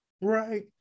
Right